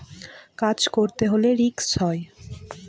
কাজ করতে হলে রিস্ক হয়